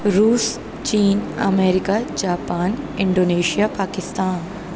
روس چین America Japan Indonesia Pakistan